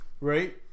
Right